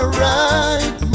right